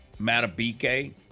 Matabike